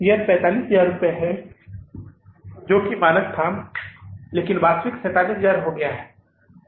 यह 45000 रुपये है जो मानक था लेकिन वास्तविक 47000 हो गया है